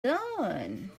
done